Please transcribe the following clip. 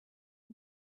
状况